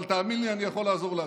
אבל תאמין לי, אני יכול לעזור לעצמי.